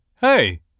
Hey